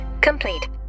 complete